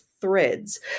threads